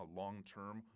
long-term